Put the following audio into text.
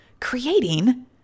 creating